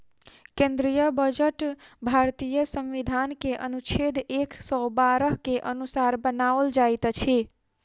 केंद्रीय बजट भारतीय संविधान के अनुच्छेद एक सौ बारह के अनुसार बनाओल जाइत अछि